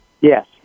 Yes